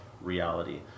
reality